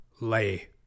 lay